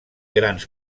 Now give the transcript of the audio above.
grans